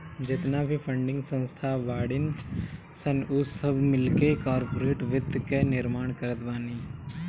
जेतना भी फंडिंग संस्था बाड़ीन सन उ सब मिलके कार्पोरेट वित्त कअ निर्माण करत बानी